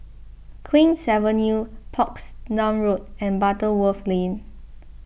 Queen's Avenue Portsdown Road and Butterworth Lane